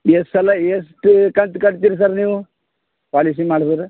ಎಷ್ಟು ಸಲ ಎಷ್ಟು ಕಂತು ಕಟ್ತೀರಿ ಸರ್ ನೀವು ಪಾಲಿಸಿ ಮಾಡಿದ್ರೆ